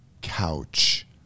couch